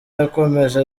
yakomeje